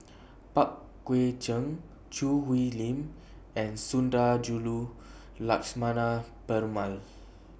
Pang Guek Cheng Choo Hwee Lim and Sundarajulu Lakshmana Perumal